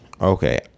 Okay